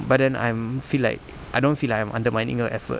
but then I um feel like I don't want feel like I'm undermining her effort